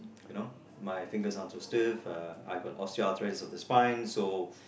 you know my fingers ain't so stiff uh I got osteoarthritis of the spine so